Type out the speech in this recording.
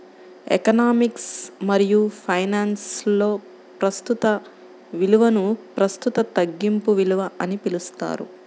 economics మరియుఫైనాన్స్లో, ప్రస్తుత విలువనుప్రస్తుత తగ్గింపు విలువ అని పిలుస్తారు